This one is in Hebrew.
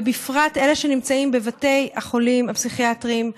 ובפרט אלה שנמצאים בבתי החולים הפסיכיאטריים,